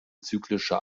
zyklische